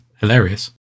hilarious